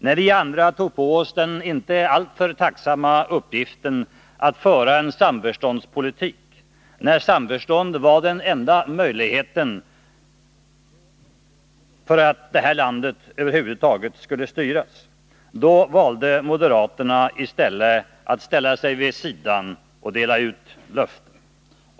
När vi andra tog på oss den inte alltför tacksamma uppgiften att föra en samförståndspolitik, därför att samförstånd var den enda möjligheten för att det här landet över huvud taget skulle styras, då valde moderaterna i stället att ställa sig vid sidan och dela ut löften.